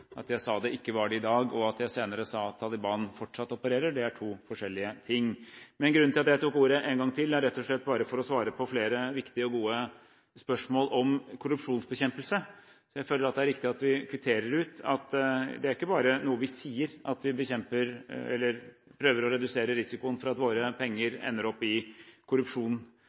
at dette ikke skal skje igjen. Så der er vi helt enige. Men jeg opplevde at det var en påstand om at det var inkonsistens mellom at jeg sa det ikke var det i dag, og at jeg senere sa at Taliban fortsatt opererer. Dette er to forskjellige ting. Men grunnen til at jeg tok ordet en gang til, er bare for å svare på flere viktige og gode spørsmål om korrupsjonsbekjempelse. Jeg føler det er riktig at vi kvitterer ut at dette ikke bare er noe vi sier at